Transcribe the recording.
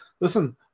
listen